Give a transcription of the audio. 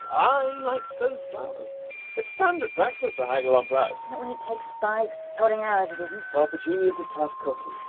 i liked those flowers. it's standard practice to haggle on price. not when it takes five sodding hours it isn't. well, petunia's a tough cookie.